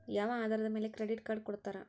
ಯಾವ ಆಧಾರದ ಮ್ಯಾಲೆ ಕ್ರೆಡಿಟ್ ಕಾರ್ಡ್ ಕೊಡ್ತಾರ?